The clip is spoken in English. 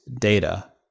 data